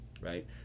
right